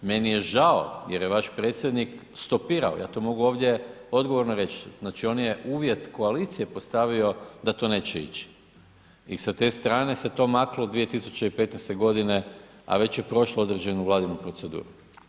Meni je žao jer je vaš predsjednik stopirao, ja to mogu ovdje odgovorno reć, znači on je uvjet koalicije postavio da to neće ići i sa te strane se to maklo 2015.g., a već je prošlo određenu Vladinu proceduru.